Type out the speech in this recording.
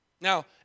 Now